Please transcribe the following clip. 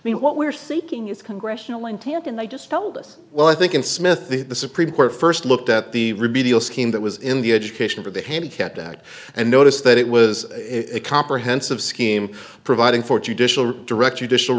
i mean what we're seeking is congressional wing tip and i just told us well i think in smith the supreme court first looked at the remedial scheme that was in the education for the handicapped act and noticed that it was a comprehensive scheme providing for judicial direct